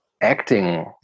acting